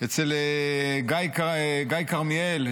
אצל גיא כרמיאל,